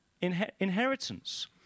inheritance